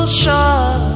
shot